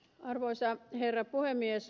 arvoisa herra puhemies